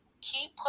keep